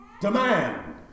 Demand